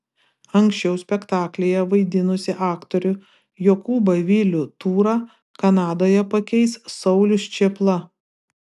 anksčiau spektaklyje vaidinusį aktorių jokūbą vilių tūrą kanadoje pakeis saulius čėpla